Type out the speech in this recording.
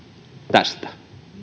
tästä